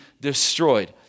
destroyed